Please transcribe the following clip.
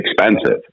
expensive